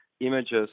images